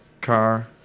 car